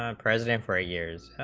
um present and for ah years,